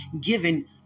given